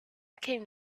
came